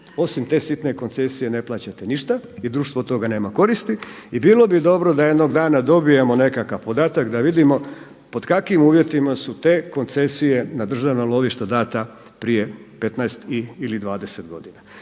osim te sitne koncesije ne plaćate ništa i društvo od toga nema koristi. I bilo bi dobro da jednog dana dobijemo nekakav podatak da vidimo pod kakvim uvjetima su te koncesije na državna lovišta data prije 15 ili 20 godina.